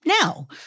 Now